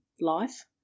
life